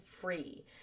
free